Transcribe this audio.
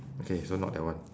okay so not that one